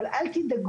אבל אל תדאגו,